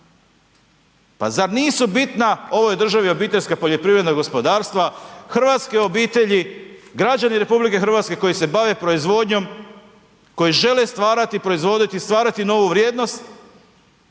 Pa zar nisu bitna ovoj državi obiteljska poljoprivreda gospodarstva, hrvatske obitelji, građani RH koji se bave proizvodnjom, koji žele stvarati i proizvoditi, stvarati novu vrijednost.